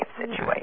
situation